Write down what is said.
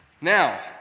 Now